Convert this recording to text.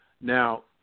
Now